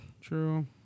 True